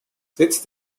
sitz